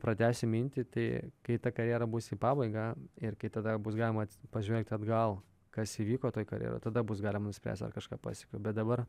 pratęsiu mintį tai kai ta karjera bus į pabaigą ir kai tada bus galima pažvelgti atgal kas įvyko toj karjeroj tada bus galima spręsti ar kažką pasiekiau bet dabar